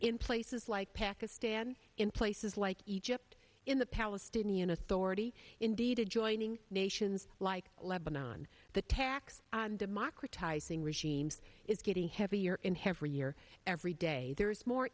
in places like pakistan in places like egypt in the palestinian a already indeed adjoining nations like lebannon the tax on democratizing regimes is getting heavier and heavier year every day there is more